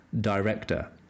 director